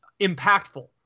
impactful